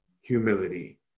humility